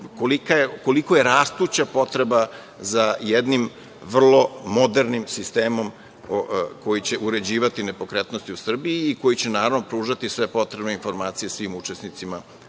koliko je rastuća potreba za jednim vrlo modernim sistemom koji će uređivati nepokretnosti u Srbiji i koji će, naravno, pružati sve potrebne informacije svim učesnicima